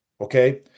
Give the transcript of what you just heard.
Okay